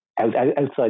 outside